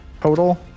total